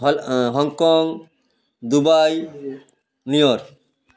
Hong Kong Dubai New York